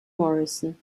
morrison